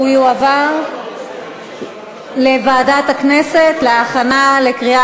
והוא יועבר לוועדת הכנסת להכנה לקריאה